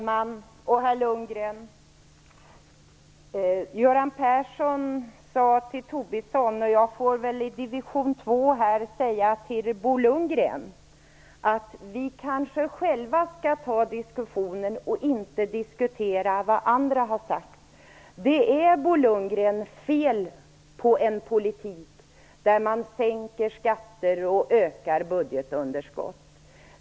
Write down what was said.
Fru talman! Göran Persson sade till Lars Tobisson, och jag - som befinner mig i division 2 - får väl till Bo Lundgren säga att vi skall kanske själva ta den här diskussionen och inte diskutera vad andra har sagt. Det är, Bo Lundgren, fel på en politik där man sänker skatter och ökar budgetunderskottet.